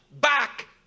back